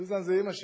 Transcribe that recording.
סוזן זו אמא שלי,